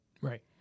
Right